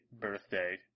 Birthday